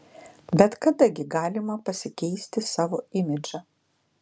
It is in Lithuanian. bet kada gi galima pasikeisti savo imidžą